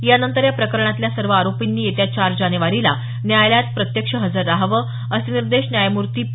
या नंतर या प्रकरणातल्या सर्व आरोपींनी येत्या चार जानेवारीला न्यायालयात प्रत्यक्ष हजर राहावं असे निर्देश न्यायमूर्ती पी